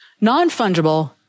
Non-fungible